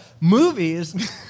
Movies